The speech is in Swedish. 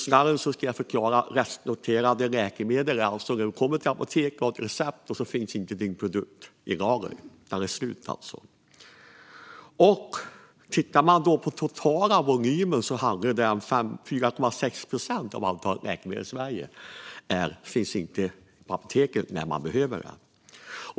Restnoterade läkemedel, vill jag förklara för lyssnarna, är alltså vad det handlar om när du kommer till ett apotek och har ett recept och så finns inte din produkt i lager - den är slut. De restanmälda läkemedlen uppgår till 4,6 procent av det totala antalet läkemedel i Sverige. De finns alltså inte på apoteket när man behöver dem.